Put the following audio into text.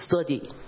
study